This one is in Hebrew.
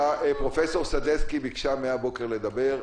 פרופ' סדצקי ביקשה מהבוקר לדבר,